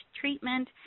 treatment